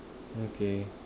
okay